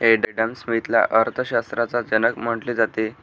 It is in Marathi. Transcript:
एडम स्मिथला अर्थशास्त्राचा जनक म्हटले जाते